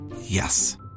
Yes